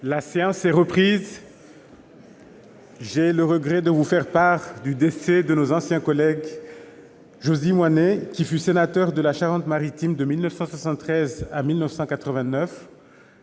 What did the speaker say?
La séance est reprise. J'ai le regret de vous faire part du décès de nos anciens collègues Josy Moinet, qui fut sénateur de la Charente-Maritime de 1973 à 1989,